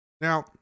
Now